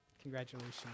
Congratulations